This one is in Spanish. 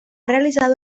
realizado